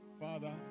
Father